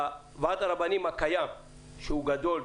שוועד הרבנים הקיים שהוא גדול,